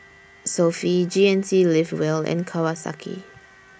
Sofy G N C Live Well and Kawasaki